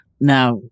Now